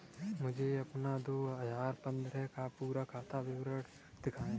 मुझे अपना दो हजार पन्द्रह का पूरा खाता विवरण दिखाएँ?